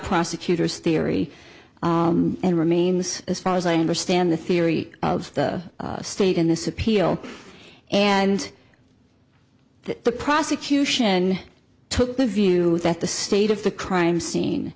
prosecutors theory and remains as far as i understand the theory of the state in this appeal and the prosecution took the view that the state of the crime scene